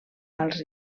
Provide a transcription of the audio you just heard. als